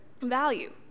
value